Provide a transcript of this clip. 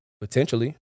potentially